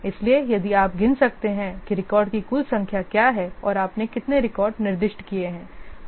इसलिए यदि आप गिन सकते हैं कि रिकॉर्ड की कुल संख्या क्या है और आपने कितने रिकॉर्ड निर्दिष्ट किए हैं